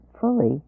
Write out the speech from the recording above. fully